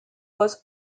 was